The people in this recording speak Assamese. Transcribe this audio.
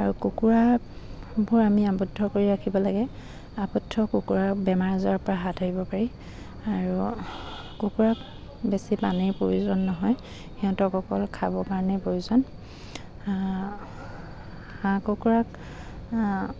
আৰু কুকুৰাবোৰ আমি আৱদ্ধ কৰি ৰাখিব লাগে আবদ্ধ কুকুৰাৰ বেমাৰ আজাৰৰ পৰা হাত সাৰিব পাৰি আৰু কুকুৰাক বেছি পানীৰ প্ৰয়োজন নহয় সিহঁতক অকল খাবৰ কাৰণে প্ৰয়োজন হা হাঁহ কুকুৰাক